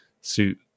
suit